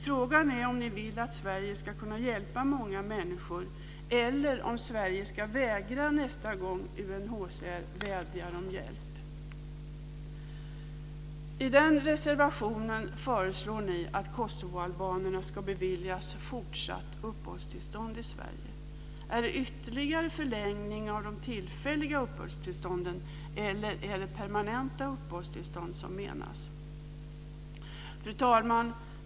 Frågan är om ni vill att Sverige ska kunna hjälpa många människor, eller om Sverige ska vägra nästa gång UNHCR vädjar om hjälp? I denna reservation föreslår ni att kosovoalbanerna ska beviljas fortsatt uppehållstillstånd i Sverige. Är det ytterligare förlängning av de tillfälliga uppehållstillstånden eller är det permanenta uppehållstillstånd som menas? Fru talman!